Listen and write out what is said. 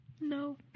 No